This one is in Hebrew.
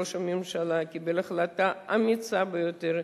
ראש הממשלה קיבל החלטה אמיצה ביותר,